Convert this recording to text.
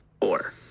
four